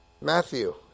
Matthew